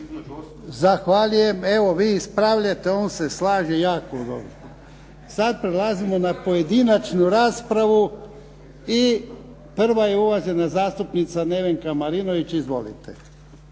Zahvaljujem. Evo vi ispravljate, on se slaže. Jako dobro. Sad prelazimo na pojedinačnu raspravu. Prva je uvažena zastupnica Nevenka Marinović. Izvolite.